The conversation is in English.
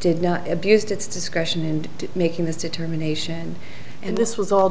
did not abused its discretion and making this determination and this was all